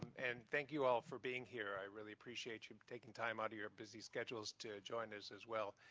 and thank you all for being here. i really appreciate you taking time out of your busy schedules to join us as well.